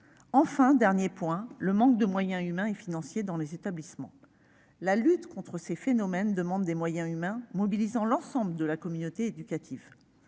un dernier point, le manque de moyens humains et financiers dans les établissements. La lutte contre le harcèlement implique des moyens humains mobilisant l'ensemble de la communauté éducative.